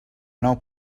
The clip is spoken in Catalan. nou